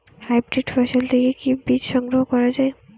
Hybrid ফসল থেকে কি বীজ সংগ্রহ করা য়ায়?